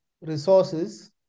resources